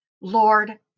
Lord